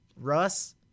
Russ